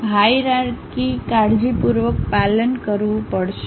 hierarchy કાળજીપૂર્વક પાલન કરવું પડશે